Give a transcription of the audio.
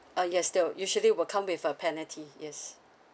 uh yes they wi~ usually will come with a penalty yes